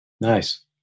Nice